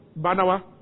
Banawa